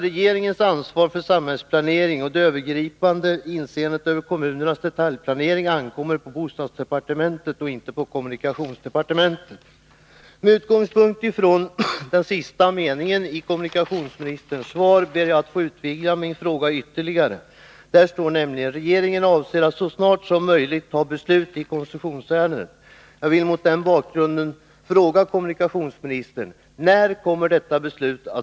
Regeringens ansvar för samhällsplanering och det övergripande inseendet över kommunernas detaljplanering ankommer på bostadsdepartementet och inte på kommunikationsdepartementet. Med utgångspunkt i den sista meningen i kommunikationsministerns svar ber jag att få utvidga min fråga. I svaret står: ”Regeringen avser att så snart som möjligt fatta beslut i koncessionsärendet.”